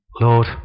Lord